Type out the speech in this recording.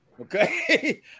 Okay